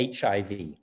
HIV